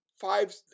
five